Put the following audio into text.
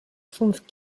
fünf